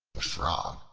the frog,